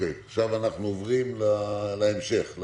אנחנו עוברים להמשך.